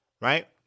right